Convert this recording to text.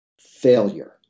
failure